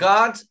God